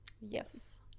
Yes